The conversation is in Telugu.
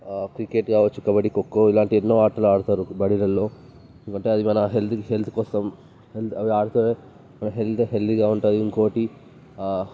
క్రికెట్ కావచ్చు కబడ్డీ కోకో ఇలాంటి ఎన్నో ఆటలు ఆడతారు బడులలో ఏమంటే అది మన హెల్త్కి హెల్త్ కోసం అవి ఆడితేనే మన హెల్త్ హెల్తీగా ఉంటుంది ఇంకోటి